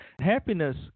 Happiness